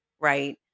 right